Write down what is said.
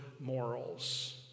morals